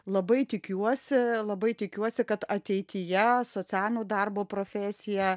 labai tikiuosi labai tikiuosi kad ateityje socialinio darbo profesija